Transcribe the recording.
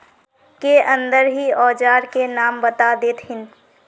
के अंदर ही औजार के नाम बता देतहिन?